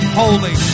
holy